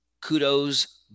kudos